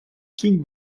кінь